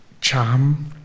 charm